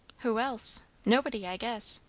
who else? nobody, i guess.